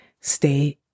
Stay